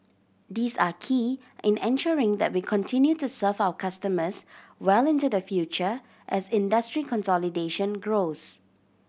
these are key in ensuring that we continue to serve our customers well into the future as industry consolidation grows